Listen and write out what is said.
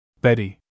Betty